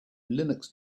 linux